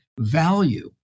value